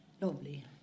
Lovely